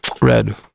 Red